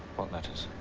what letters?